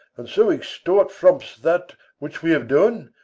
and so extort from's that which we have done,